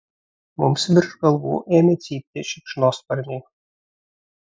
mums virš galvų ėmė cypti šikšnosparniai